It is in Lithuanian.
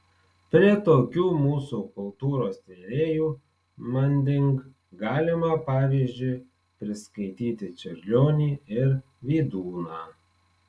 prie tokių mūsų kultūros tvėrėjų manding galima pavyzdžiui priskaityti čiurlionį ir vydūną